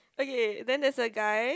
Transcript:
okay then there's a guy